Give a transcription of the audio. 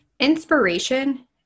Inspiration